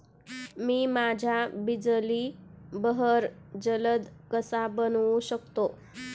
मी माझ्या बिजली बहर जलद कसा बनवू शकतो?